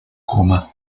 coma